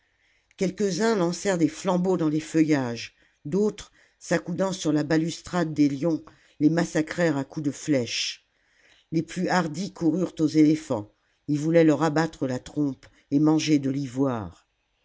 quelques-uns lancèrent des flambeaux dans les feuillages d'autres s'accoudant sur la balustrade des lions les massacrèrent à coups de flèches les plus hardis coururent aux éléphants ils voulaient leur abattre la trompe et manger de l'ivoire